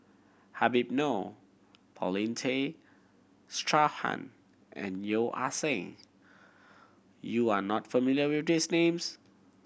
Habib Noh Paulin Tay Straughan and Yeo Ah Seng you are not familiar with these names